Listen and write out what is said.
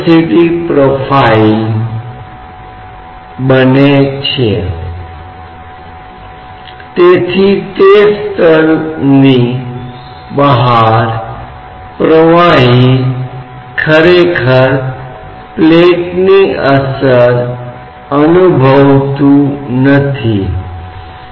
गणितीय रूप से कहते है कि हम किस प्रश्न का उत्तर देने का प्रयास कर रहे हैं हमारा यहाँ एक फ़ंक्शन है p हम एक अलग स्थान x पर फ़ंक्शन के महत्व का पता लगाना चाहते हैं